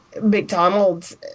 McDonald's